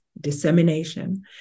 dissemination